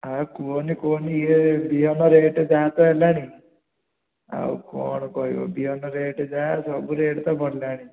ଆଉ କୁହନି କୁହନି ଇଏ ବିହନ ରେଟ୍ ଯାହା ତ ହେଲାଣି ଆଉ କ'ଣ କହିବ ବିହନ ରେଟ୍ ଯାହା ସବୁ ରେଟ୍ ତ ବଢ଼ିଲାଣି